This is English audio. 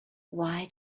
why